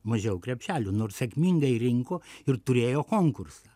mažiau krepšelių nors sėkmingai rinko ir turėjo konkursą